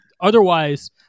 otherwise